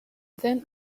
then